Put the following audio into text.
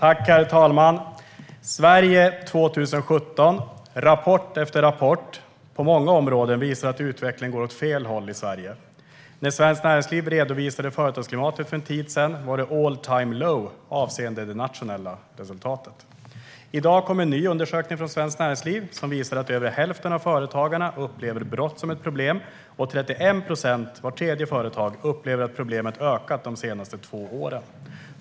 Herr talman! I Sverige 2017 visar rapport efter rapport på många områden att utvecklingen går åt fel håll i Sverige. När Svenskt Näringsliv redovisade företagsklimatet för en tid sedan var det en all-time-low avseende det nationella resultatet. I dag kom en ny undersökning från Svenskt Näringsliv som visar att över hälften av företagarna upplever brott som ett problem. 31 procent, var tredje företag, upplever att problemet har ökat de senaste två åren.